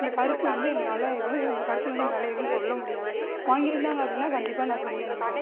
இந்த கருத்து வந்து எங்களால் எதுவும் இந்த கருத்து வந்து எங்களால் எதுவும் சொல்ல முடியாது வாங்கியிருந்தாங்க அப்படின்னா கண்டிப்பாக நான் சொல்லியிருந்துருப்பேன்